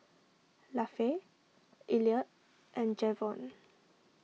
Lafe Elliott and Javon